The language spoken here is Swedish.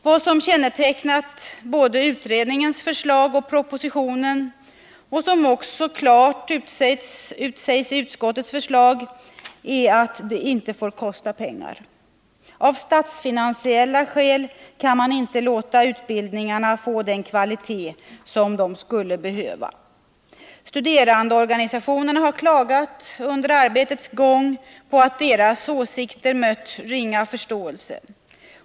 Vad som kännetecknat både utredningens förslag och propositionen och som också klart utsägs i utskottets förslag är att det inte får kosta pengar. Av statsfinansiella skäl kan man inte låta utbildningarna få den kvalitet som de skulle behöva. Studerandeorganisationerna har under arbetets gång klagat på att deras åsikter mött ringa förståelse.